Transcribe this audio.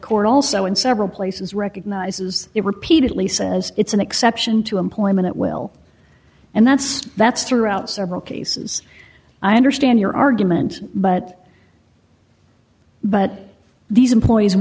court also in several places recognizes it repeatedly says it's an exception to employment at will and that's that's throughout several cases i understand your argument but but these employees